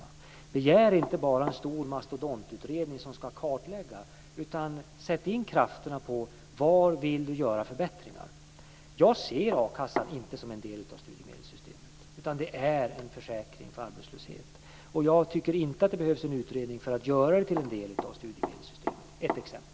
Begär inte bara en stor mastodontutredning som ska kartlägga, utan sätt in krafterna på de förbättringar som ni vill göra! Jag ser inte a-kassan som en del av studiemedelssystemet. Det är en försäkring för arbetslöshet. Jag tycker inte att det behövs en utredning för att göra det till en del av studiemedelssystemet. Det är ett exempel.